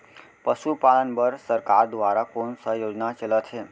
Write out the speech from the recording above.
पशुपालन बर सरकार दुवारा कोन स योजना चलत हे?